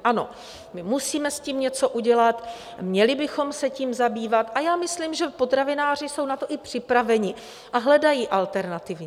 Ano, my musíme s tím něco udělat, měli bychom se tím zabývat, a já myslím, že potravináři jsou na to i připraveni a hledají alternativy.